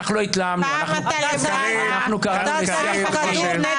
פעם אתה למעלה, פעם אתה למטה.